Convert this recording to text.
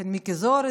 שמיקי זוהר,